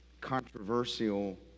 controversial